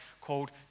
called